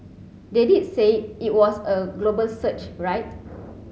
they did say it was a global search right